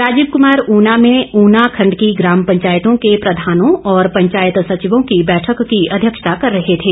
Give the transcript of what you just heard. राजीव कमार ऊना में ऊना खंड की ग्राम पंचायतों के प्रधानों और पंचायत सचिवों की बैठक की अध्यक्षता कर रहे थे